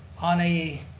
on a